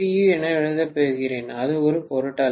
u என எழுதப் போகிறேன் அது ஒரு பொருட்டல்ல